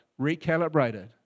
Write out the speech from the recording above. recalibrated